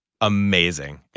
amazing